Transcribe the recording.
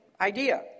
idea